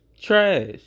trash